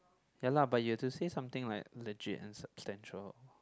ya lah but you have to say something like legit and substantial